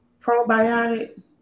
Probiotic